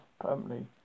permanently